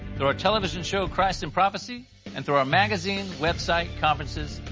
through our television show christ in prophecy and through our magazine, website, conferences,